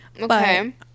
okay